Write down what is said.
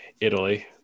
Italy